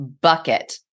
bucket